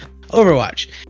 Overwatch